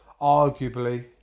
arguably